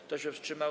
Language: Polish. Kto się wstrzymał?